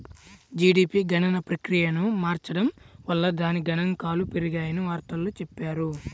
GDP గణన ప్రక్రియను మార్చడం వల్ల దాని గణాంకాలు పెరిగాయని వార్తల్లో చెప్పారు